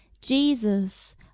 jesus